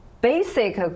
basic